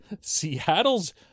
Seattle's